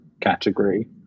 category